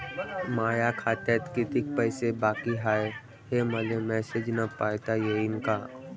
माया खात्यात कितीक पैसे बाकी हाय, हे मले मॅसेजन पायता येईन का?